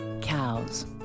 cows